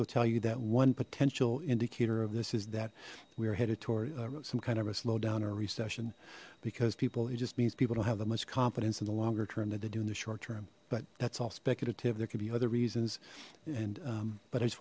will tell you that one potential indicator of this is that we are headed toward some kind of a slowdown or a recession because people it just means people don't have that much confidence in the longer term that they do in the short term but that's all speculative there could be other reasons and but i just